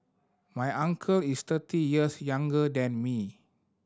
my uncle is thirty years younger than me